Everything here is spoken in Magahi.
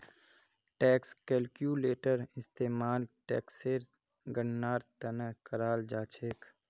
टैक्स कैलक्यूलेटर इस्तेमाल टेक्सेर गणनार त न कराल जा छेक